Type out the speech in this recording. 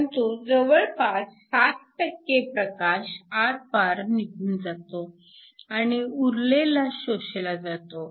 परंतु जवळपास 7 प्रकाश आरपार निघून जातो आणि उरलेला शोषला जातो